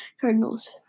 Cardinals